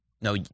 No